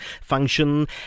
function